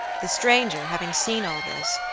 the stranger, having seen all this,